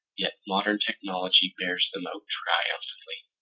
yet modern technology bears them out triumphantly.